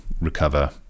recover